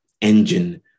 engine